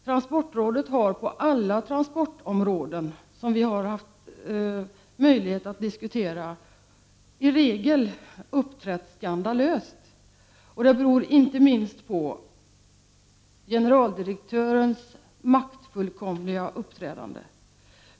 Transportrådet har på alla transportområden som vi har haft möjlighet att diskutera i regel uppträtt skandalöst. Det beror inte minst på generaldirektörens maktfullkomliga uppträdande.